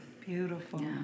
Beautiful